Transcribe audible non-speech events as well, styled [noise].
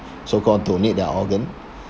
so-called donate their organ [breath]